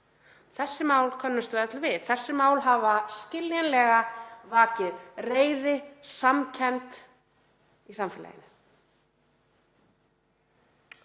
Þessi mál könnumst við öll við. Þessi mál hafa skiljanlega vakið reiði og samkennd í samfélaginu.